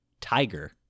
tiger